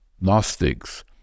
Gnostics